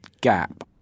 gap